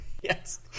Yes